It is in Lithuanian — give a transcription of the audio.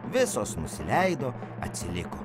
visos nusileido atsiliko